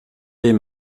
les